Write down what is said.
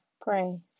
Pray